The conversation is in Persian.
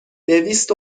دویست